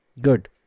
Good